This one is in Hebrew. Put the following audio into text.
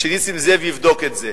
שנסים זאב יבדוק את זה.